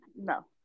no